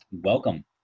welcome